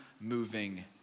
moving